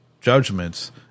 judgments